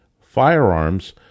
firearms